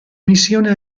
missione